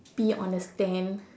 be on the stand